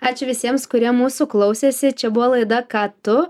ačiū visiems kurie mūsų klausėsi čia buvo laida ką tu